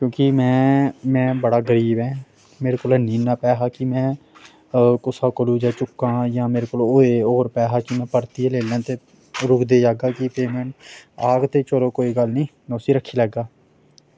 क्युंकि में में बड़ा गरीब ऐं मेरे कोल हैनी इन्ना पैसा कि में कुसै कोला चुक्कां जां होऐ मेरे कोल होऐ और पैसा ते में परतियै लेई लें ते रुक्कदे जाह्गा की पेमेंट आह्ग ते चलो कोई गल्ल निं में उस्सी रक्खी लैगा